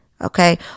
Okay